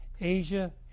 Asia